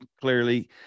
clearly